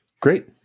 great